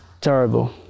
terrible